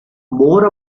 more